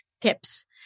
tips